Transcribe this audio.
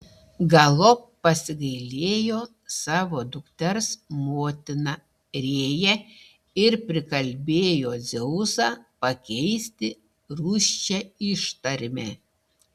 galop pasigailėjo savo dukters motina rėja ir prikalbėjo dzeusą pakeisti rūsčią ištarmę